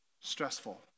stressful